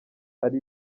ari